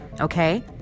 Okay